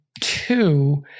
two